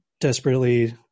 desperately